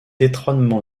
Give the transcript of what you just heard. étroitement